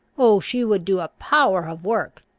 oh, she would do a power of work!